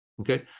Okay